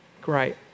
Great